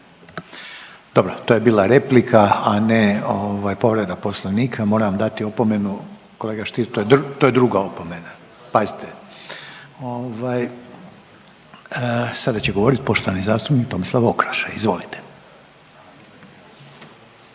Dobro to je bila replika, a ne ovaj povreda Poslovnika, moram vam dati opomenu. Kolega Stier to je druga opomena, pazite. Ovaj sada će govoriti poštovani zastupnik Tomislav Okroša. Izvolite.